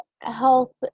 health